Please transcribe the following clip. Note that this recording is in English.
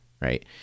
right